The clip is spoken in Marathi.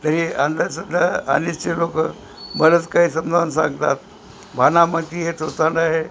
तरी अंधश्रद्धा अनिसचे लोक बरंच काही समजावून सांगतात भानामती हे थोतांड आहे